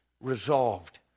resolved